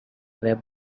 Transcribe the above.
web